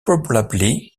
probably